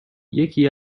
یکی